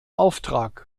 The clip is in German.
auftrag